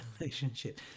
relationship